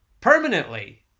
permanently